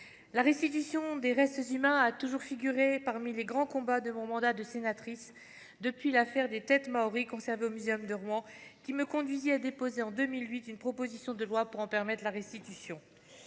La restitution des restes humains a toujours figuré parmi les grands combats de mon mandat de sénatrice depuis l'affaire des têtes maories conservées au muséum de Rouen, laquelle m'avait conduite à déposer en 2008 une proposition de loi pour en permettre la restitution.